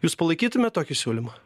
jūs palaikytumėt tokį siūlymą